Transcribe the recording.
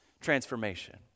transformation